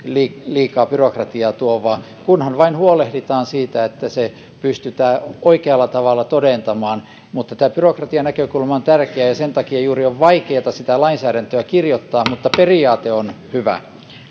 liikaa byrokratiaa tuovaa kunhan vain huolehditaan siitä että se pystytään oikealla tavalla todentamaan tämä byrokratianäkökulma on tärkeä ja sen takia juuri on vaikeata sitä lainsäädäntöä kirjoittaa mutta periaate on hyvä